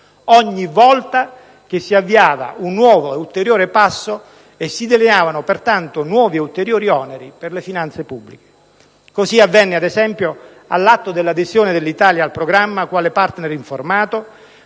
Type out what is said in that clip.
ogni volta che si avviava un nuovo, ulteriore passo e si delineavano pertanto nuovi e ulteriori oneri per le finanze pubbliche. Così avvenne, ad esempio, all'atto dell'adesione dell'Italia al programma, quale *partner* informato,